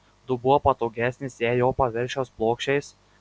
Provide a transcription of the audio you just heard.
dubuo patogesnis jei jo paviršius plokščias